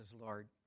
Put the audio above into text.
Lord